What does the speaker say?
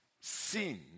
sin